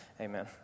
Amen